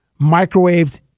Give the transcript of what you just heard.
microwaved